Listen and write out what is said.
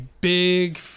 big